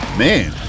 man